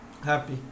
happy